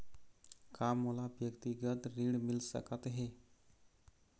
का मोला व्यक्तिगत ऋण मिल सकत हे?